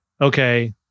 Okay